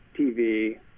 tv